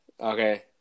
Okay